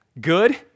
good